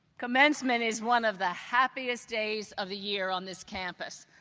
commencement is one of the happiest days of the year on this campus.